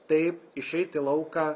taip išeit į lauką